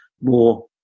more